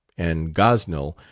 and gosnell,